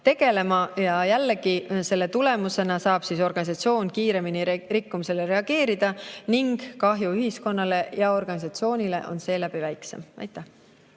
Jällegi, selle tulemusena saab organisatsioon kiiremini rikkumisele reageerida ning kahju ühiskonnale ja organisatsioonile on seeläbi väiksem. Ma